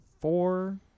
four